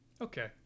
Okay